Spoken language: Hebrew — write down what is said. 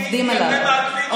האם אתם מתעדפים אותו?